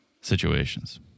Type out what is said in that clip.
situations